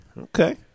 Okay